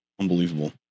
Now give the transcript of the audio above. unbelievable